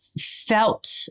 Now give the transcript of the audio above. felt